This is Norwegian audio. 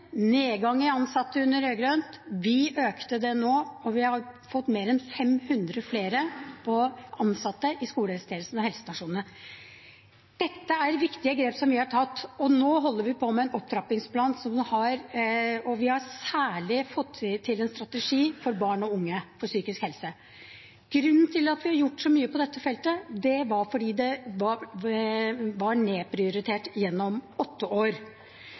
nedgang i ansatte under de rød-grønne. Vi økte det nå, og vi har fått mer enn 500 flere ansatte i skolehelsetjenesten og på helsestasjonene. Dette er viktige grep som vi har tatt. Nå holder vi på med en opptrappingsplan, og vi har særlig fått til en strategi for barn og unges psykiske helse. Grunnen til at vi har gjort så mye på dette feltet, er at det var nedprioritert gjennom åtte år.